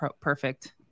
perfect